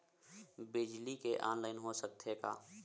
बिजली के ऑनलाइन हो सकथे का?